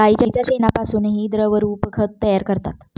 गाईच्या शेणापासूनही द्रवरूप खत तयार करतात